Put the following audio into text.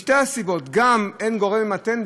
משתי סיבות: גם אין גורם ממתן,